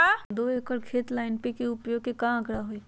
दो एकर खेत ला एन.पी.के उपयोग के का आंकड़ा होई?